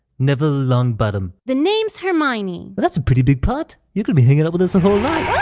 neville longbottom. the name's hermione! well, that's a pretty big part! you're gonna be hanging out with us a whole lot. yeah